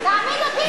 תעמיד אותי לדין,